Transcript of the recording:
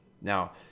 Now